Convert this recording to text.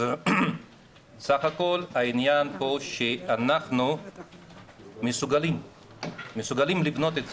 בסך הכל העניין פה שאנחנו מסוגלים לבנות את זה.